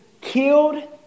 killed